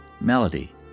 melody